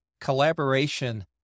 collaboration